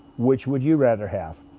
which would you rather have?